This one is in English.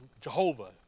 Jehovah